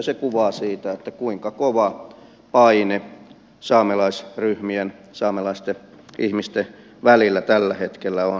se kuvaa sitä kuinka kova paine saamelaisryhmien saamelaisten ihmisten välillä tällä hetkellä on